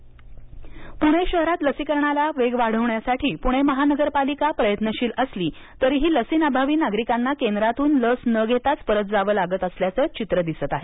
लस तुटवडा पुणे शहरात लसीकरणाचा वेग वाढवण्यासाठी पुणे महापालिका प्रयत्नशील असली तरीही लसींअभावी नागरिकांना केंद्रातून लस न घेता परत जावे लागत असल्याचे चित्र दिसत आहे